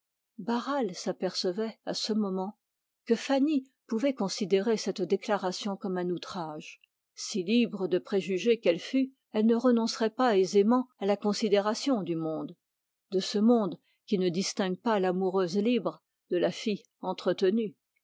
barral s'apercevait à ce moment que fanny pouvait considérer cette déclaration comme un outrage si libre de préjugés qu'elle fût elle ne renoncerait pas aisément à la considération du monde de ce monde qui ne distingue pas l'amoureuse libre de la fille entretenue